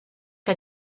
que